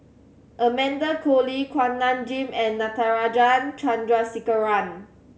Amanda Koe Lee Kuak Nam Jin and Natarajan Chandrasekaran